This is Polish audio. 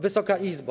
Wysoka Izbo!